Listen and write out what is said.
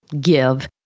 give